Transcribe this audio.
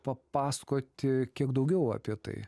papasakoti kiek daugiau apie tai